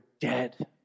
dead